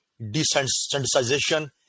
desensitization